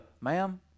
ma'am